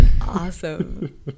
Awesome